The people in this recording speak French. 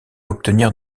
obtenir